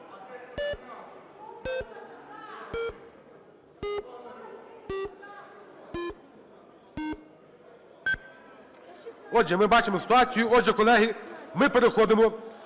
Отже, ми бачимо ситуацію. Отже, колеги, ми переходимо